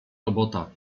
robota